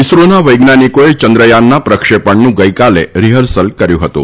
ઈસરોના વૈજ્ઞાનિકોએ ચંદ્રયાનના પ્રક્ષેપણનું ગઈકાલે રીહર્સલ કર્યું હતું